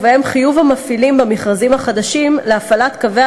ובהם חיוב המפעלים במכרזים החדשים להפעלת קווי